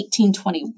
1821